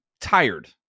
tired